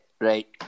Right